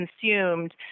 consumed